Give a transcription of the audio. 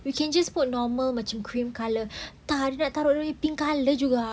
we can just put normal macam cream colour thorough thoroughly pink colour juga